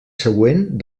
següent